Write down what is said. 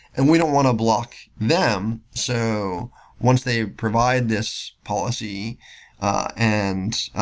and we don't want to block them. so once they provide this policy and